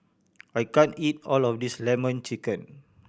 I can't eat all of this Lemon Chicken